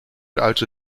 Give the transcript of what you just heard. also